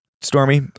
Stormy